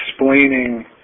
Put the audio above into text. explaining